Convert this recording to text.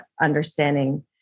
understanding